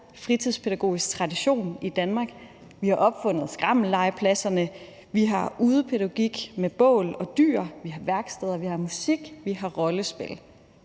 fritidspædagogisk tradition i Danmark. Vi har opfundet skrammellegepladserne, vi har udepædagogik med bål og dyr, vi har værksteder, vi har musik, og vi har rollespil.